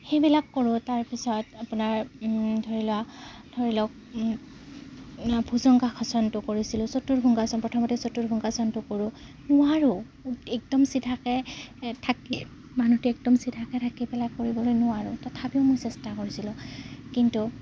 সেইবিলাক কৰোঁ তাৰ পিছত আপোনাৰ ধৰি লওক ধৰি লওক ভূজংগাসনটো কৰিছিলোঁ প্ৰথমতে কৰোঁ নোৱাৰোঁ একদম চিধাকৈ থাকি মানুহটো একদম চিধাকৈ থাকি পেলাই কৰিবলৈ নোৱাৰোঁ তথাপিও মই চেষ্টা কৰিছিলোঁ কিন্তু